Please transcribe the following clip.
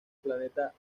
planeta